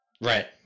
Right